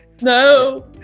No